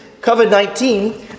COVID-19